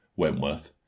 Wentworth